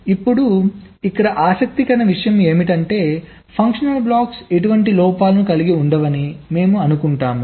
ఇప్పుడు ఇక్కడ ఆసక్తికరమైన విషయం ఏమిటంటే ఫంక్షనల్ బ్లాక్స్ ఎటువంటి లోపాలను కలిగి ఉండవని మేము అనుకుంటాము